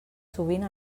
sovint